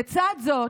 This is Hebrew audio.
לצד זאת,